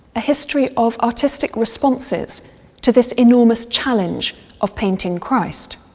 a history of artistic responses to this enormous challenge of painting christ.